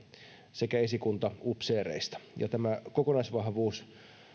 sekä esikuntaupseereista ja kokonaisvahvuus